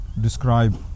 describe